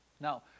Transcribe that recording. Now